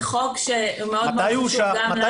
זה חוק שהוא מאוד מאוד חשוב גם לנו